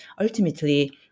ultimately